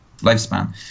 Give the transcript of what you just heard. lifespan